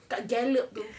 dekat gallop tu